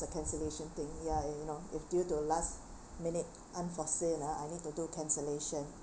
the cancellation thing ya you know if due to last minute unforeseen ah I need to do cancellation